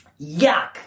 Yuck